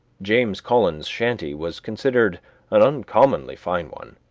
james collins' shanty was considered an uncommonly fine one.